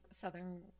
Southern